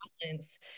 balance